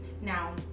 Now